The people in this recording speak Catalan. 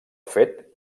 fet